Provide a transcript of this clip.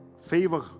Favor